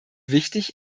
wichtig